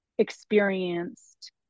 experienced